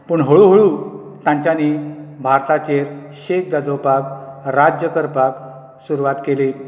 पूण हळू हळू तांच्यानी भारताचेर शेक गाजोवपाक राज्य करपाक सुरवात केली